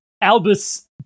Albus